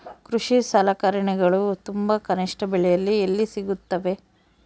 ಕೃಷಿ ಸಲಕರಣಿಗಳು ತುಂಬಾ ಕನಿಷ್ಠ ಬೆಲೆಯಲ್ಲಿ ಎಲ್ಲಿ ಸಿಗುತ್ತವೆ?